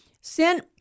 Sin